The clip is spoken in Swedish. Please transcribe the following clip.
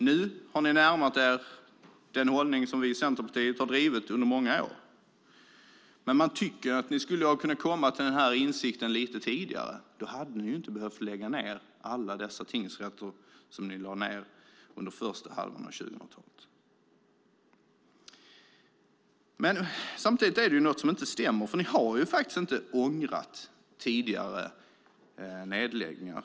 Nu har ni närmat er den hållning som vi i Centerpartiet har haft under många år. Men man tycker att ni skulle ha kunnat komma fram till den här insikten lite tidigare. Då hade ni inte behövt lägga ned alla dessa tingsrätter som ni lade ned under första halvan av 2000-talet. Men samtidigt är det något som inte stämmer, för ni har faktiskt inte ångrat tidigare nedläggningar.